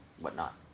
whatnot